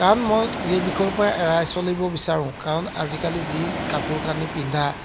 কাৰণ মই সেইবিষয়ৰ পৰা এৰাই চলিব বিচাৰোঁ কাৰণ আজিকালি যি কাপোৰ কানি পিন্ধা